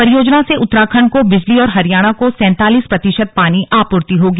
परियोजना से उत्तराखण्ड को बिजली और हरियाणा को सैतालीस प्रतिशत पानी आपूर्ति होगी